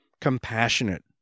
compassionate